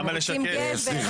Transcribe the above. הם רוצים גבר.